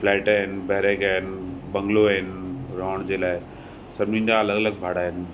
flat आहिनि barrack आहिनि bungalow आहिनि रहण जे लाइ सभिनीनि जा अलॻि अलॻि भाड़ा आहिनि